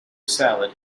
salad